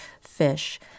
fish